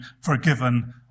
forgiven